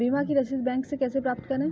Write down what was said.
बीमा की रसीद बैंक से कैसे प्राप्त करें?